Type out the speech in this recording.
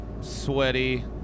sweaty